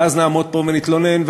ואז נעמוד פה ונתלונן.